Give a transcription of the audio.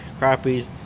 crappies